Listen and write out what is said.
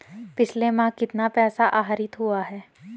पिछले माह कितना पैसा आहरित हुआ है?